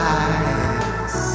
eyes